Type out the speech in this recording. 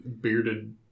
bearded